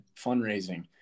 fundraising